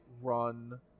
run